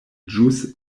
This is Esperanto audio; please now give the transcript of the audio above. ĵus